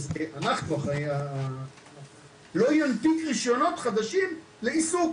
שזה אנחנו "..לא ינפיק רישיונות חדשים לעיסוק.